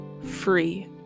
free